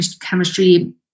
chemistry